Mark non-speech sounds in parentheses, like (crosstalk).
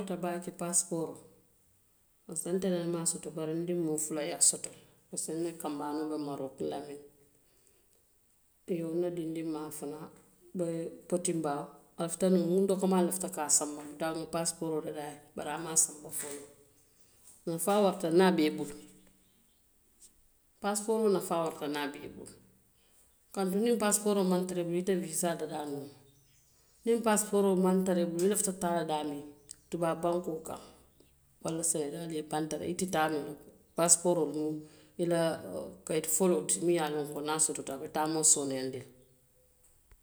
(unintelligible) baake paasipooroo pasiko nte nene maŋ a soto bari n diŋ moo fula ye a soto le pasiko n na kanbaanoo be maroku laamini iyoo n na dindinmaa fanaŋ be potii nbaawo a lafita nuŋ, n dokomaa lafita nuŋ ka a sanba bituŋ a maŋ paasipooroo dadaa a ye foloo a nafaa warata niŋ a be i bulu, paasipooroo nafaa warata niŋ a be i bulu kaatu niŋ paasipooroo maŋ tara i bulu, i te wiisaa dadaa noo la niŋ paasipooroo te i bulu i lafita taa la daamiŋ tubaabu bankoo kaŋ walla senegaali ye banta la i ti taa noo, paasipooroo mu i la kayiti foloo ti, miŋ ye a loŋ niŋ a sotota a be taamoo sooneeyandi le.